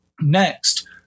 Next